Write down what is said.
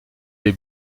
des